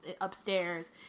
upstairs